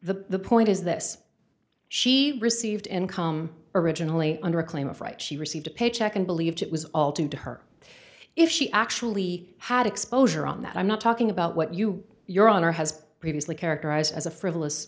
the point is this she received income originally under a claim of right she received a paycheck and believed it was all to her if she actually had exposure on that i'm not talking about what you your honor has previously characterized as a frivolous